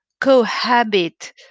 cohabit